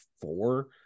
four